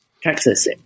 Texas